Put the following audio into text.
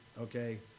okay